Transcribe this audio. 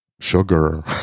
sugar